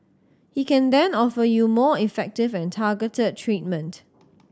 he can then offer you more effective and targeted treatment